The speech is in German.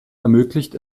ermöglicht